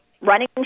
running